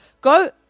go